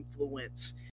influence